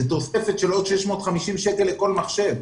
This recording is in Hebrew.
וזאת תוספת של עוד 650 שקל לכל מחשב.